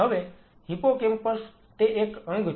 હવે હિપ્પોકેમ્પસ તે એક અંગ છે